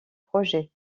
projet